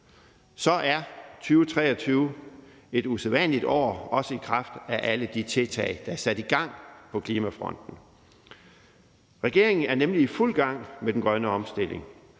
så er 2023 et usædvanligt år, også i kraft af alle de tiltag, der er sat i gang på klimafronten. Regeringen er nemlig i fuld gang med den grønne omstilling,